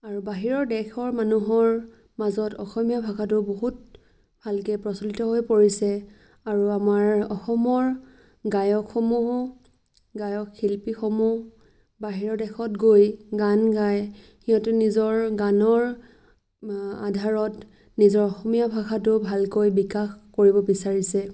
আৰু বাহিৰৰ দেশৰ মানুহৰ মাজত অসমীয়া ভাষাটো বহুত ভালকে প্ৰচলিত হৈ পৰিছে আৰু আমাৰ অসমৰ গায়কসমূহো গায়ক শিল্পীসমূহ বাহিৰৰ দেশত গৈ গান গাই সিহঁতে নিজৰ গানৰ আধাৰত নিজৰ অসমীয়া ভাষাটো ভালকৈ বিকাশ কৰিব বিচাৰিছে